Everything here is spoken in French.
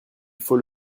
faut